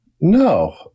No